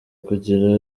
kugira